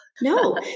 No